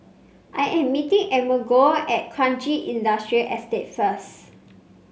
I am meeting Amerigo at Kranji Industrial Estate first